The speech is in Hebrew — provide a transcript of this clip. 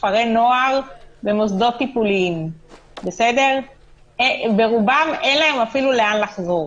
כפרי נוער במוסדות טיפוליים ברובם אין להם אפילו לאן לחזור,